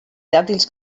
dàtils